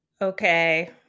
Okay